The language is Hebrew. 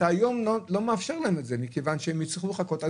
אתה היום לא מאפשר להן את זה מכיוון שהן יצטרכו לחכות עד